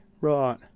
Right